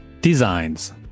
Designs